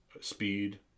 speed